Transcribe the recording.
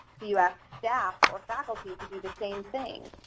do you ask staff or faculty to do the same thing?